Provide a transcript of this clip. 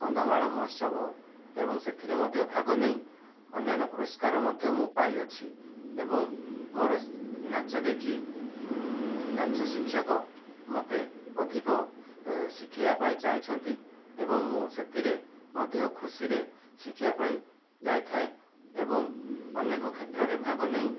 କନ୍ଧମାଳ ମହୋତ୍ସବ ଏବଂ ସେଥିରେ ମଧ୍ୟ ଭାଗ ନେଇ ଅନ୍ୟାନ୍ୟ ପୁରସ୍କାର ମଧ୍ୟ ମୁଁ ପାଇ ଅଛି ଏବଂ ମୋର ନାଚ ଦେଖି ନାଚ ଶିକ୍ଷକ ମୋତେ ଅଧିକ ଶିଖେଇବା ପାଇଁ ଚାହିଁଛନ୍ତି ଏବଂ ମୁଁ ସେଥିରେ ମଧ୍ୟ ଖୁସିରେ ଶିଖିବା ପାଇଁ ଯାଇଥାଏ ଏବଂ ଅନେକ କ୍ଷେତ୍ରରେ ଭାଗ ନେଇ